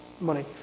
money